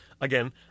again